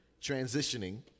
transitioning